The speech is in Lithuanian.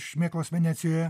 šmėklos venecijoje